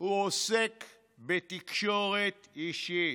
הוא עוסק בתקשורת אישית,